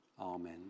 Amen